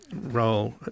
role